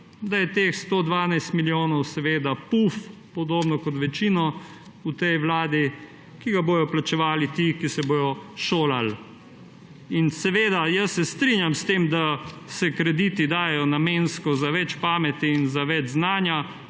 da je teh 112 milijonov seveda puf, podobno kot večina v tej vladi, ki ga bodo plačevali ti, ki se bodo šolali. In jaz se strinjam s tem, da se krediti dajejo namensko za več pameti in za več znanja,